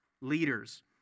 leaders